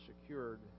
secured